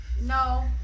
no